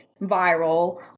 viral